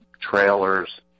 trailers